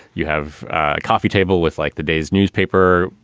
you have a coffee table with like the day's newspaper.